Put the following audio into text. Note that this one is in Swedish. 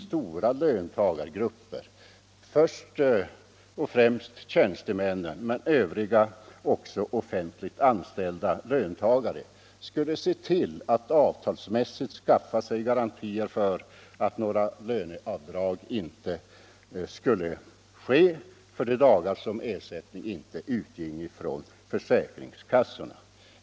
Stora löntagargrupper — först och främst tjänstemännen men också övriga offentliganställda — skulle se till att avtalsvägen skaffa sig garantier för att några löneavdrag inte skulle ske för de dagar då ersättning inte utgick från försäkringskassorna.